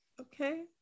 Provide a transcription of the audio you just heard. Okay